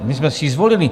My jsme si ji zvolili.